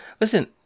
Listen